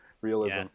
Realism